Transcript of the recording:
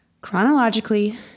Chronologically